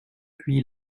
puis